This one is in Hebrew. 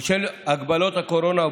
בשל הגבלות הקורונה,